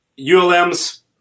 ulm's